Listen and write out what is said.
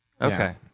Okay